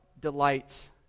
delights